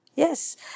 Yes